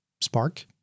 Spark